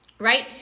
Right